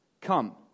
come